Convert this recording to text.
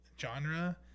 genre